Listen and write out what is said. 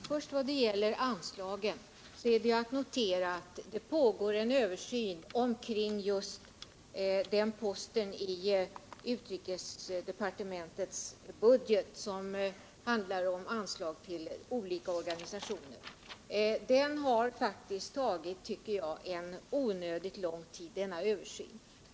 Herr talman! När det gäller anslagen är att notera att det pågår en översyn av just den post i utrikesdepartementets budget som handlar om anslagen till olika organisationer. Den översynen har faktiskt tagit onödigt lång tid.